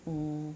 mm